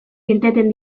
irteten